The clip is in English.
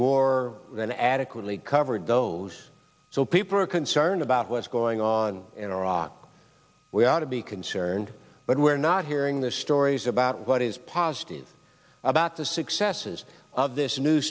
more than adequately covered those so people are concerned about what's going on in iraq we ought to be concerned but we're not hearing the stories about what is positive about the successes of this new